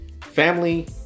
family